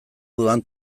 dudan